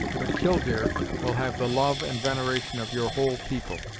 but killdeer will have the love and veneration of your whole people.